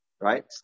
Right